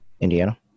Indiana